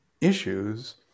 issues